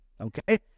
Okay